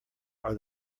are